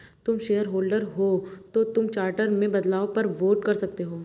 तुम शेयरहोल्डर हो तो तुम चार्टर में बदलाव पर वोट कर सकते हो